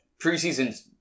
Preseason